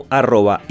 arroba